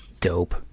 Dope